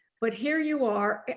but here you are,